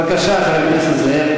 בבקשה, חבר הכנסת זאב.